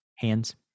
hands